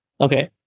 Okay